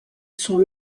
sont